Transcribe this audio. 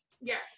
Yes